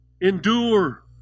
Endure